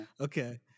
Okay